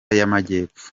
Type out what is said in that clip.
y’amajyepfo